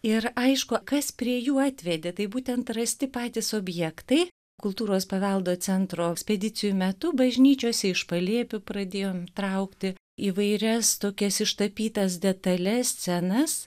ir aišku kas prie jų atvedė taip būtent rasti patys objektai kultūros paveldo centro ekspedicijų metu bažnyčiose iš palėpių pradėjom traukti įvairias tokias ištapytas detalias scenas